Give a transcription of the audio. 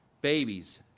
babies